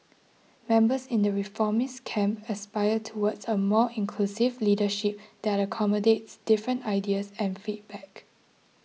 members in the reformist camp aspire towards a more inclusive leadership that accommodates different ideas and feedback